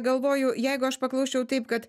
galvoju jeigu aš paklausčiau taip kad